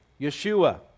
Yeshua